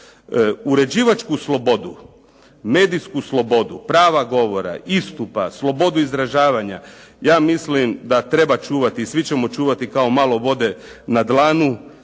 Uređivačku slobodu, medijsku slobodu, prava govora, istupa, slobodu izražavanja ja mislim da treba čuvati i svi ćemo čuvati kao malo vode na dlanu